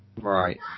Right